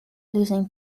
losing